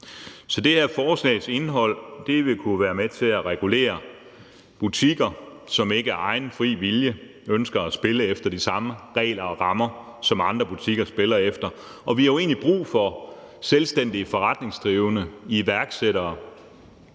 Det her forslags indhold vil kunne være med til at regulere butikker, som ikke af egen fri vilje ønsker at spille efter de samme regler og rammer, som andre butikker spiller efter. Og vi har jo egentlig brug for selvstændige forretningsdrivende og iværksættere,